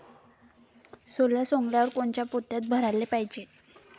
सोला सवंगल्यावर कोनच्या पोत्यात भराले पायजे?